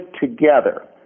together